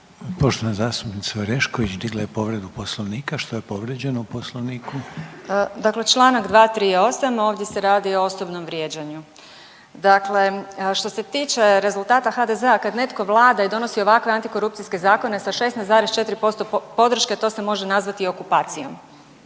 Poslovniku? **Orešković, Dalija (Stranka s imenom i prezimenom)** Dakle članak 238. ovdje se radi o osobnom vrijeđanju. Dakle što se tiče rezultata HDZ-a kada netko vlada i donosi ovakve antikorupcijske zakone sa 16,4% podrške to se može nazvati i okupacijom.